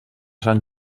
sant